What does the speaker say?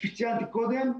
כפי שציינתי קודם.